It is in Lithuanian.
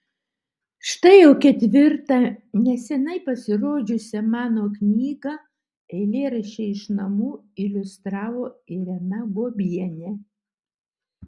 štai jau ketvirtą neseniai pasirodžiusią mano knygą eilėraščiai iš namų iliustravo irena guobienė